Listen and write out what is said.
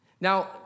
Now